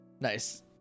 Nice